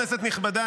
כנסת נכבדה,